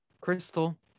Crystal